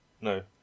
No